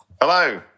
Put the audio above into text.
Hello